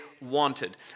wanted